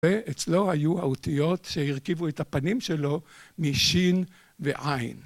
ואצלו היו האותיות שהרכיבו את הפנים שלו משין ועין.